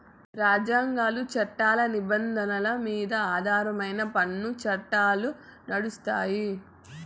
రాజ్యాంగాలు, చట్టాల నిబంధనల మీద ఆధారమై పన్ను చట్టాలు నడుస్తాయి